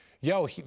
yo